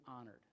honored